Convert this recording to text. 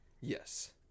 Yes